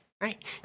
Right